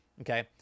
okay